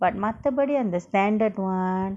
but மத்தபடி அந்த:mathapadi andtha standard one